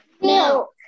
Milk